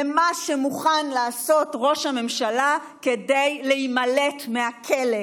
למה שמוכן לעשות ראש הממשלה כדי להימלט מהכלא.